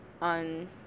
on